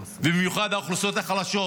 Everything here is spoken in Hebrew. ובמיוחד האוכלוסיות החלשות,